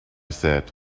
said